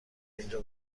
اینجا